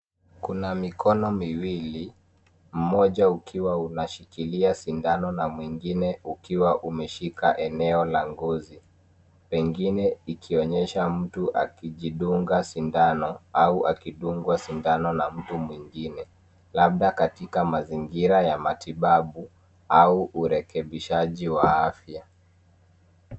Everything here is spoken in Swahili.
Kuna mikono miwili, mmoja ukiwa unashikilia sindano na mwingie ukiwa umeshika eneo la ngozi. Pengine ikionyesha mtu akijidunga sindano au akidungwa sindano na mtu mweingine labda katika mazingira ya matibabu au urekebishaji wa afya.